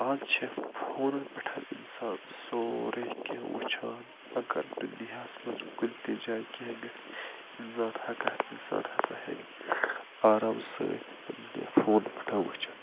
از چھِ فونَن پٮ۪ٹھ اِنسان سورٕے کیٚنہہ وٕچھان اگر دُنیاہَس منٛز کُنہِ تہِ جایہِ کیٚنہہ گژھِ اِنسان ہٮ۪کا اِنسان ہسا ہیٚکہِ آرام سۭتۍ پَنٛنہِ فونہٕ پٮ۪ٹھ وٕچِتھ